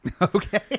Okay